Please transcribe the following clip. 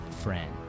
friend